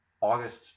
August